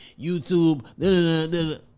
YouTube